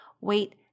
wait